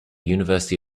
university